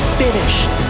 finished